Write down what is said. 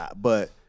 But-